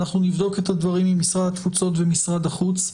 אנחנו נבדוק את הדברים עם משרד התפוצות ומשרד החוץ.